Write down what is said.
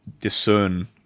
discern